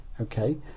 okay